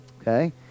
Okay